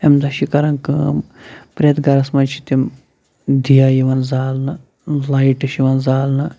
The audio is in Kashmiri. اَمہِ دۄہ چھِ کَرَان کٲم پرٛٮ۪تھ گَرَس منٛز چھِ تِم دیا یِن زالنہٕ لایٹہٕ چھِ یِوان زالنہٕ